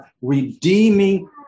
redeeming